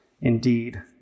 indeed